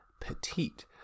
petite